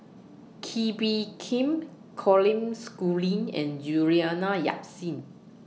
Kee Bee Khim Colin Schooling and Juliana Yasin